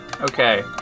Okay